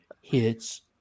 hits